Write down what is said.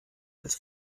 als